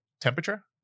temperature